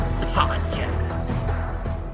Podcast